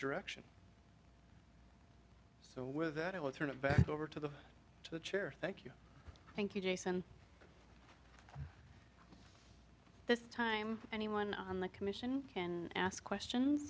direction so with that i'll turn it back over to the to the chair thank you thank you jason this time anyone on the commission can ask questions